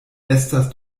estas